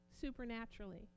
supernaturally